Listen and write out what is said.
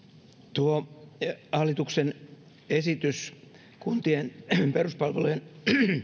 hallituksen esitys kuntien peruspalvelujen